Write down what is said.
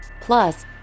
Plus